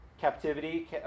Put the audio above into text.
captivity